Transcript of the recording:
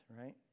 right